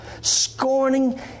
scorning